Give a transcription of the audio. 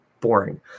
boring